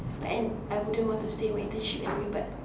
and I wouldn't want to say might do shit on me but